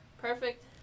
perfect